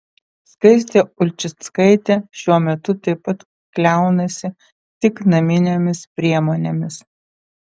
skaistė ulčickaitė šiuo metu taip pat kliaunasi tik naminėmis priemonėmis